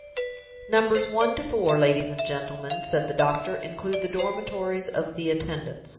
numbers one to four, ladies and gentlemen, said the doctor, include the dormitories of the attendants.